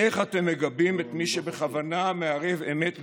איך אתם מגבים את מי שבכוונה מערב אמת בשקר?